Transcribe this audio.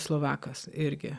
slovakas irgi